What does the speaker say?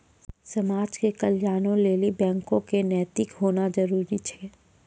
समाज के कल्याणों लेली बैको क नैतिक होना जरुरी छै